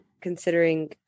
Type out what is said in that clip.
considering